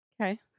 okay